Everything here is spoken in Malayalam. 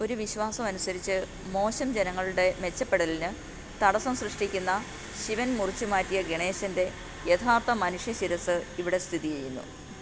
ഒരു വിശ്വാസം അനുസരിച്ച് മോശം ജനങ്ങളുടെ മെച്ചപ്പെടലിന് തടസ്സം സൃഷ്ടിക്കുന്ന ശിവൻ മുറിച്ചു മാറ്റിയ ഗണേശന്റെ യഥാർത്ഥ മനുഷ്യ ശിരസ്സ് ഇവിടെ സ്ഥിതിചെയ്യുന്നു